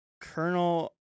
Colonel